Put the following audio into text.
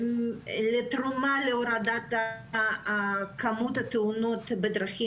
לתרומה להורדת כמות התאונות בדרכים